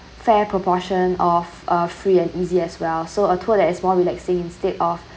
fair proportion of a free and easy as well so a tour that is more relaxing instead of